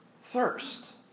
thirst